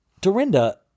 Dorinda